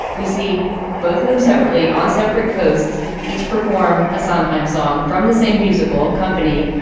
we see both of them separately on separate coasts. each perform a sondheim song from the same musical company.